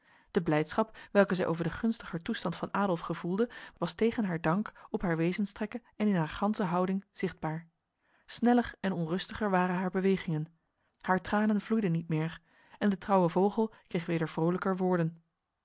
de blijdschap welke zij over de gunstiger toestand van adolf gevoelde was tegen haar dank op haar wezenstrekken en in haar ganse houding zichtbaar sneller en onrustiger waren haar bewegingen haar tranen vloeiden niet meer en de trouwe vogel kreeg weder vrolijker woorden